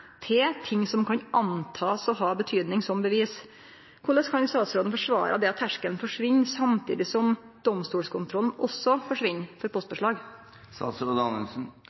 for ting som ein kan anta har betydning som bevis. Korleis kan statsråden forsvare at terskelen forsvinn samtidig som at domstolskontrollen også forsvinn for